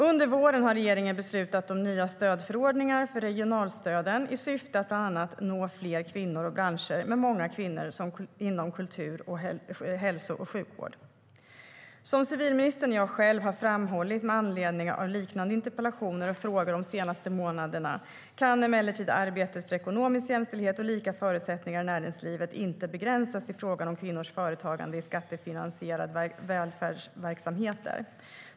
Under våren har regeringen beslutat om nya stödförordningar för regionalstöden i syfte att bland annat nå fler kvinnor och branscher med många kvinnor, såsom kultur och hälso och sjukvård. Som civilministern och jag själv har framhållit med anledning av liknande interpellationer och frågor de senaste månaderna kan arbetet för ekonomisk jämställdhet och lika förutsättningar i näringslivet emellertid inte begränsas till frågan om kvinnors företagande i skattefinansierade välfärdsverksamheter.